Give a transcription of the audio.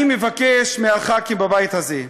אני מבקש מהח"כים בבית הזה,